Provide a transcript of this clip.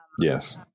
yes